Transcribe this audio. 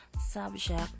subject